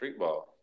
streetball